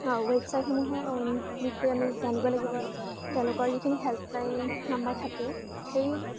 ৱেবচাইটসমূহৰ বিষয়ে আমি জানিব লাগিব তেওঁলোকৰ যিখিনি হেল্পলাইন নাম্বাৰ থাকে সেই